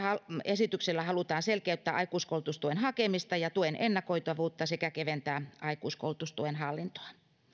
esityksellä halutaan selkeyttää aikuiskoulutustuen hakemista ja tuen ennakoitavuutta sekä keventää aikuiskoulutustuen hallintoa